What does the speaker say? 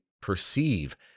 perceive